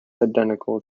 identical